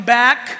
back